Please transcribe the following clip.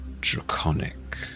draconic